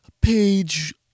page